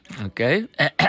Okay